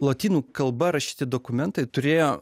lotynų kalba rašyti dokumentai turėjo